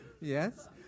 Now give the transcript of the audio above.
Yes